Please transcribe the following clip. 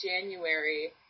January